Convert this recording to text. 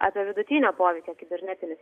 apie vidutinio poveikio kibernetinius